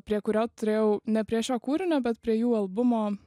prie kurio turėjau ne prie šio kūrinio bet prie jų albumo